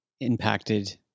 impacted